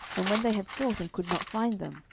and when they had sought and could not find them,